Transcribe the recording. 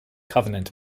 covenant